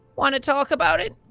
want to talk about it?